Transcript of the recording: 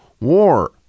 war